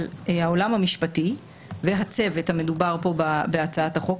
העולם המשפטי והצוות המדובר פה בהצעת החוק,